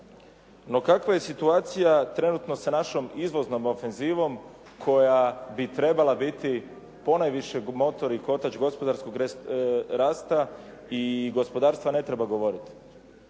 No, kakva je situacija trenutno sa našom izvoznom ofenzivom koja bi trebala biti ponajviše motor i kotač gospodarskog rasta i gospodarstva ne treba govoriti,